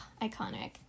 iconic